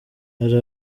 hari